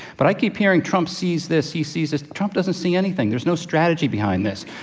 but i keep hearing, trump sees this. he sees this. trump doesn't see anything. there's no strategy behind this.